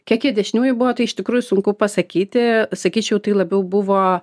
kiek jie dešiniųjų buvo tai iš tikrųjų sunku pasakyti sakyčiau tai labiau buvo